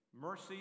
Mercy